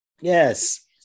yes